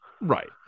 Right